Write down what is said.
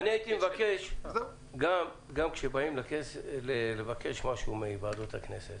אני הייתי מבקש גם כשבאים לבקש משהו מוועדות הכנסת